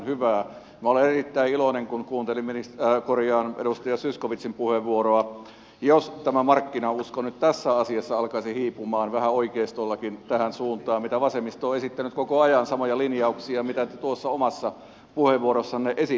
minä olen erittäin iloinen kun kuuntelin edustaja zyskowiczin puheenvuoroa jos tämä markkinausko nyt tässä asiassa alkaisi hiipumaan vähän oikeistollakin tähän suuntaan mitä vasemmisto on esittänyt koko ajan samoja linjauksia mitä te tuossa omassa puheenvuorossanne esititte